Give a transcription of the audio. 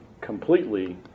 completely